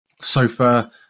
sofa